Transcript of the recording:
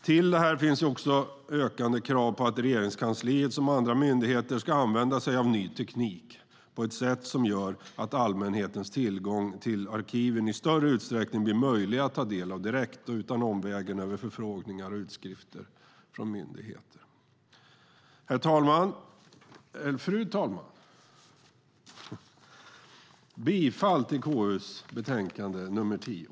Till detta finns också ökande krav på att Regeringskansliet som andra myndigheter ska använda sig av ny teknik på ett sätt som gör att allmänhetens tillgång till arkiven i större utsträckning blir möjlig så att man direkt kan ta del av arkiven utan omvägen över förfrågningar och utskrifter från myndigheten. Fru talman! Jag yrkar på godkännande av utskottets anmälan.